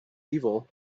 evil